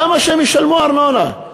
למה שהם ישלמו ארנונה?